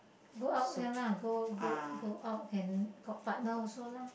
go out ya lah go go go out and got partner also lah